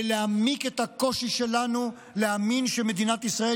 ולהעמיק את הקושי שלנו להאמין שמדינת ישראל